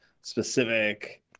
specific